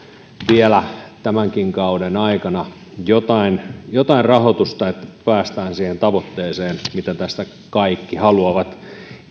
vielä tämänkin kauden aikana jotain jotain rahoitusta että päästään siihen tavoitteeseen mitä tässä kaikki haluavat